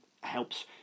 helps